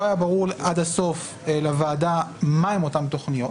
לא היה ברור עד הסוף לוועדה מה הן אותן התוכניות.